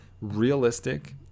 realistic